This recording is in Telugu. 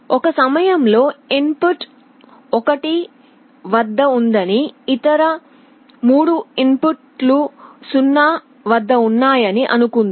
ఒక సమయంలో ఇన్ పుట్ ఒకటి 1 వద్ద ఉందని ఇతర 3 ఇన్ పుట్లు 0 వద్ద ఉన్నాయని అనుకుందాం